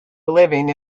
living